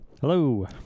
Hello